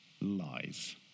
lies